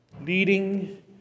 leading